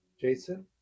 Jason